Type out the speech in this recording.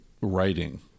writing